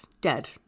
dead